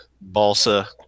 balsa